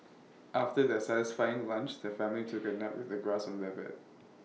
after their satisfying lunch the family took A nap with the grass on their bed